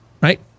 right